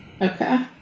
Okay